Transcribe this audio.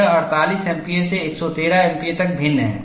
यह 48 एमपीए से 113 एमपीए तक भिन्न है